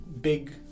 big